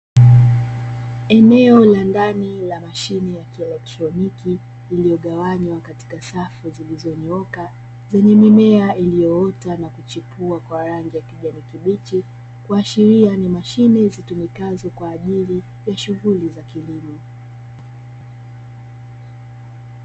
Eneo la ndani la mashine ya kieletroniki iliyogawanywa katika safu zilizonyooka yenye mimiea iliyoota na kuchipua kwa rangi ya kijani kibichi kuashiria ni mashine zitumikazo kwa shughuli za kilimo